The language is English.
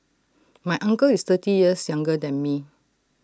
my uncle is thirty years younger than me